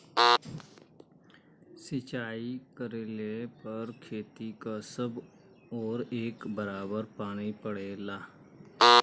सिंचाई कइले पर खेत क सब ओर एक बराबर पानी पड़ेला